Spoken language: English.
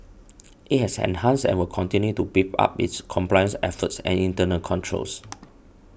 it has enhanced and will continue to beef up its compliance efforts and internal controls